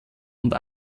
und